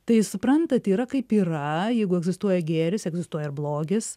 tai suprantat yra kaip yra jeigu egzistuoja gėris egzistuoja ir blogis